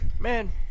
Man